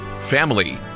family